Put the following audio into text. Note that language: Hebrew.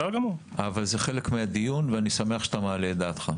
אבל זה חלק מהדיון ואני שמח שאתה מעלה את דעתך.